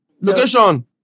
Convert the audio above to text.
Location